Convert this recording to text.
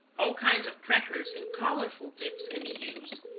all kinds of crackers and colorful dips can be used,